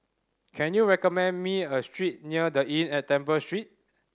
can you recommend me a street near The Inn at Temple Street